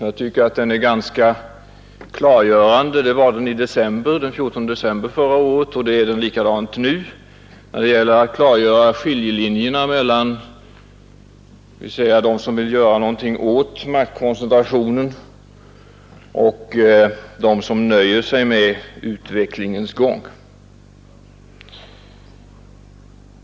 Debatten är också ganska klargörande — det var den i december förra året och det är den även nu — när det gäller att dra upp skiljelinjerna mellan dem som vill göra någonting åt maktkoncentrationen och dem som nöjer sig med ”utvecklingens gång”.